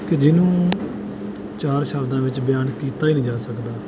ਕਿ ਜਿਹਨੂੰ ਚਾਰ ਸ਼ਬਦਾਂ ਵਿੱਚ ਬਿਆਨ ਕੀਤਾ ਹੀਂ ਨਹੀਂ ਜਾ ਸਕਦਾ